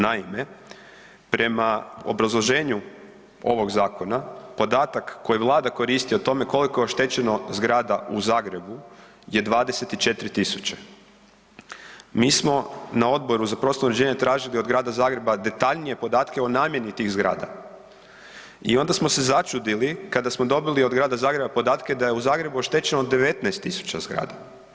Naime, prema obrazloženju ovog zakona podatak koji Vlada koristi o tome koliko je oštećeno zgrada u Zagrebu je 24.000, mi smo na Odboru za prostorno uređenje tražili od Grada Zagreba detaljnije podatke o namjeni tih zgrada i onda smo se začudili kada smo dobili od Grada Zagreba podatke da je u Gradu Zagrebu oštećeno 19.000 zgrada.